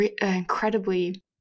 incredibly